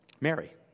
Mary